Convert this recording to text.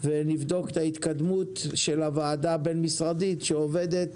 ונבדוק את ההתקדמות של הוועדה הבין-משרדית שעובדת,